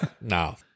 No